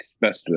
Best